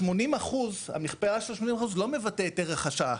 ה-80%, המכפלה של ה-80% לא מבטא את ערך השעה.